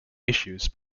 issues